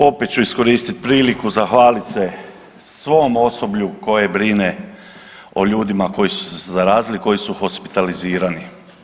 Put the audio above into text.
Opet ću iskoristit priliku zahvalit se svom osoblju koje brine o ljudima koji su se zarazili i koji su hospitalizirani.